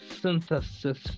Synthesis